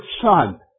son